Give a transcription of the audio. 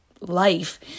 life